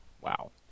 Wow